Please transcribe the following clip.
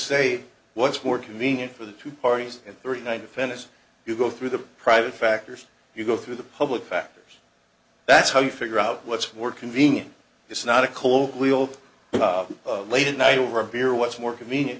say what's more convenient for the two parties and thirty nine to finish you go through the private factors you go through the public factors that's how you figure out what's we're convenient it's not a colloquial late at night over a beer what's more convenient